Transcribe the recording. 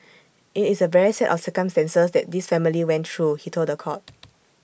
IT is A very sad set of circumstances that this family went through he told The Court